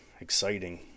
Exciting